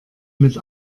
mit